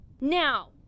Now